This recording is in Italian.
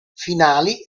finali